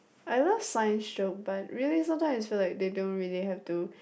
I love science show but really sometime I feel like they don't have to